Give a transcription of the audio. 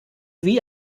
wie